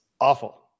awful